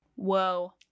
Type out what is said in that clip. Whoa